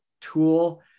tool